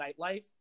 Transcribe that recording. nightlife